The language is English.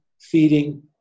feeding